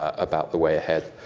ah about the way ahead.